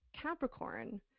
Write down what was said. Capricorn